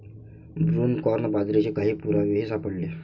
broomcorn बाजरीचे काही पुरावेही सापडले